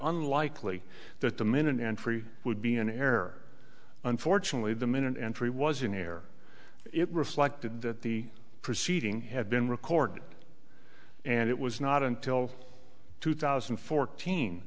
unlikely that the minute and free would be an heir unfortunately the minute entry was in the air it reflected that the proceeding had been recorded and it was not until two thousand